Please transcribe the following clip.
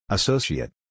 Associate